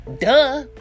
Duh